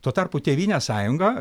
tuo tarpu tėvynės sąjunga